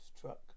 truck